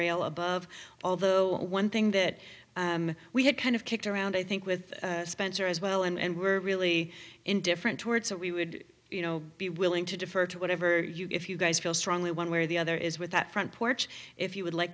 rail above all the one thing that we had kind of kicked around i think with spencer as well and we were really indifferent towards what we would you know be willing to defer to whatever if you guys feel strongly one way or the other is with that front porch if you would like